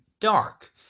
Dark